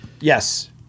Yes